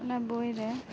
ᱚᱱᱟ ᱵᱳᱭᱨᱮ